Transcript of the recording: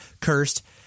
Cursed